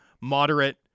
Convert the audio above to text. moderate